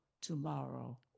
tomorrow